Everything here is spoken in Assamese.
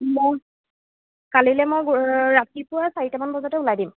মই কালিলৈ মই ৰাতিপুৱা চাৰিটামান বজাতে ওলাই দিম